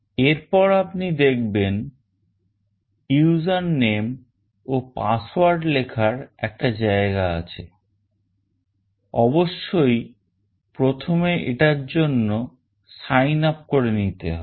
এরপর আপনি দেখবেন user name ও password লেখার একটা জায়গা আছে অবশ্যই আপনাকে প্রথমে এটার জন্য signup করে নিতে হবে